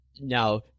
Now